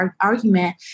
argument